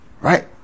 Right